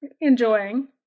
enjoying